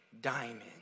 diamond